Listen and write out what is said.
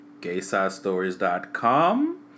gaysidestories.com